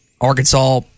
Arkansas